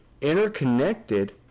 interconnected